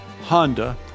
Honda